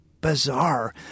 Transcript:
bizarre